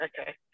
okay